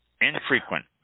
Infrequent